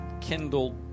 kindled